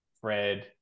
Fred